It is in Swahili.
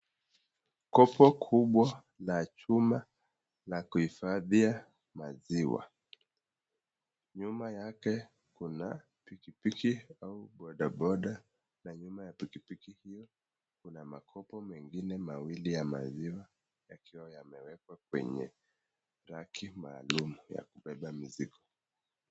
Kopo kubwa la chuma la kuhifadhia maziwa. Nyuma yake kuna pikipiki au bodaboda na nyuma ya pikipiki hiyo kuna makopo mengine mawili ya maziwa yakiwa yamewekwa kwenye raki maalum ya kubeba mizigo.